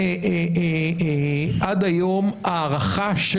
כמה יהודים יש